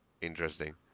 interesting